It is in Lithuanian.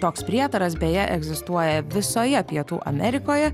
toks prietaras beje egzistuoja visoje pietų amerikoje